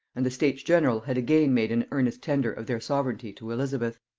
and the states-general had again made an earnest tender of their sovereignty to elizabeth.